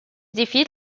defeat